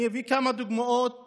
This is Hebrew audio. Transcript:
אני אביא כמה דוגמאות